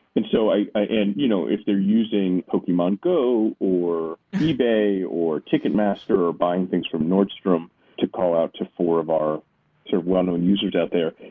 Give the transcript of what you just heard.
and so and you know if they're using pokemon go or ebay or ticketmaster or buying things from nordstrom, to call out to four of our sort of well-known users out there.